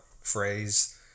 phrase